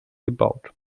gebaut